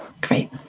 Great